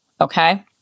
okay